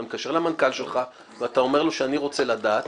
אתה מתקשר למנכ"ל שלך ואתה אומר לו שאני רוצה לדעת